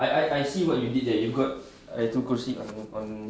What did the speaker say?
I I see what you did that you got ayatul kursi on